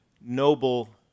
noble